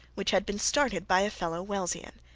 which had been started by a fellow wellsian.